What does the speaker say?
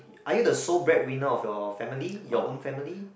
are you the sole bread winner of your family your own family